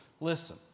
Listen